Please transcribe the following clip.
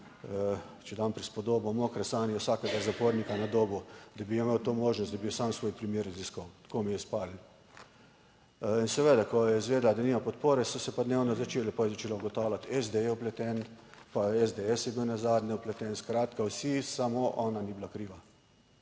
če dam prispodobo, mokre sanje vsakega zapornika na Dobu, da bi imel to možnost, da bi sam svoj primer raziskoval. Tako mi je izpadlo. In seveda, ko je izvedela, da nima podpore, so se pa dnevno začeli, pa je začela ugotavljati, SD je vpleten, pa SDS je bil nazadnje vpleten, skratka vsi, samo ona ni bila kriva.